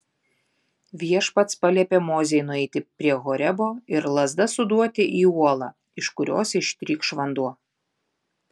viešpats paliepė mozei nueiti prie horebo ir lazda suduoti į uolą iš kurios ištrykš vanduo